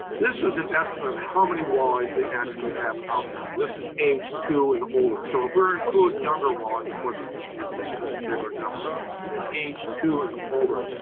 this is an estimate of how many walleyes we actually have out there. and this is age two and older. so if we're include younger walleyes, of course it would be an even bigger number. but even age two and older,